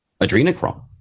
adrenochrome